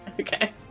Okay